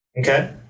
Okay